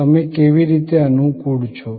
તમે કેવી રીતે અનુકૂળ છો